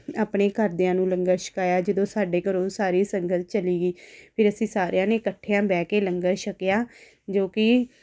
ਆਪਣੇ ਘਰਦਿਆਂ ਨੂੰ ਲੰਗਰ ਛਕਾਇਆ ਜਦੋਂ ਸਾਡੇ ਘਰੋਂ ਸਾਰੀ ਸੰਗਤ ਚਲੀ ਗਈ ਫਿਰ ਅਸੀਂ ਸਾਰਿਆਂ ਨੇ ਇਕੱਠਿਆਂ ਬਹਿ ਕੇ ਲੰਗਰ ਛਕਿਆ ਜੋ ਕਿ